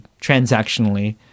transactionally